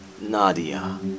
Nadia